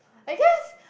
I guess